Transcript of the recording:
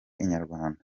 inyarwanda